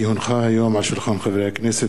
כי הונחה היום על שולחן הכנסת,